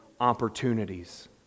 opportunities